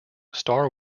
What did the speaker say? star